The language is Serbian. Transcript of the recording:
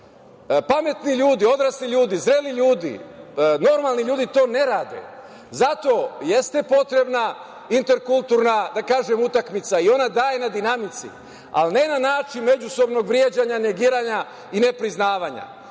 bolje. Pametni ljudi, odrasli ljudi, zreli ljudi, normalni ljudi to ne rade. Zato jeste potrebna interkulturna, da kažem, utakmica. Ona daje na dinamici, ali ne na način međusobnog vređanja, negiranja i nepriznavanja.